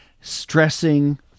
stressing